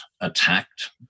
attacked